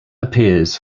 appears